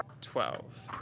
Twelve